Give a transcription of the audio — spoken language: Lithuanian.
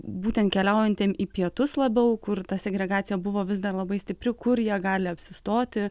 būtent keliaujantiem į pietus labiau kurta segregacija buvo vis dar labai stipri kur jie gali apsistoti